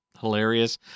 hilarious